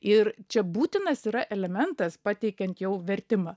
ir čia būtinas yra elementas pateikiant jau vertimą